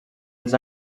els